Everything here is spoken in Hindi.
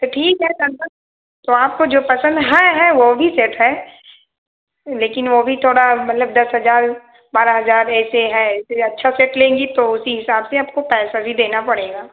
तो ठीक है कन्फ़म तो आपको जो पसंद हैं हैं वो भी सेट हैं लेकिन वो भी थोड़ा मतलब दस हजार बारह हजार ऐसे है इसीलिए अच्छा सेट लेंगी तो उसी हिसाब से आपको पैसा भी देना पड़ेगा